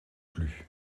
plus